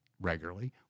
regularly